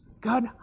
God